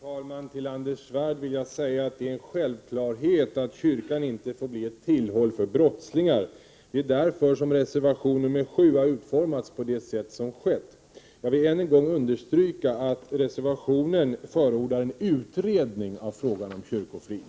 Herr talman! Till Anders Svärd vill jag säga att det är en självklarhet att kyrkan inte får bli ett tillhåll för brottslingar. Det är därför som reservation 7 har utformats på det sätt som skett. Jag vill än en gång understryka att det i reservationen förordas en utredning av frågan om kyrkofrid.